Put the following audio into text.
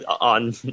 on